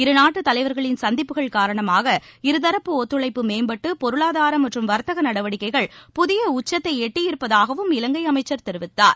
இருநாட்டுத் தலைவர்களின் சந்திப்புகள் காரணமாக இருதரப்பு ஒத்துழைப்பு மேம்பட்டு பொருளாதார மற்றும் வர்த்தக நடவடிக்கைகள் புதிய உச்சத்தை எட்டியிருப்பதாகவும் இலங்கை அமைச்சர் தெரிவித்தார்